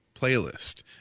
playlist